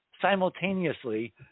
simultaneously